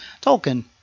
Tolkien